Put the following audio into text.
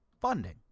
Funding